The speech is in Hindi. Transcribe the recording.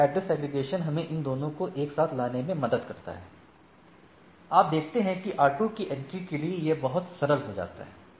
ये एड्रेस एग्रीगेशन हमें इन दोनों को एक साथ लाने में मदद करता है आप देखते हैं कि R2 की इंट्री के लिए यह बहुत सरल हो जाता है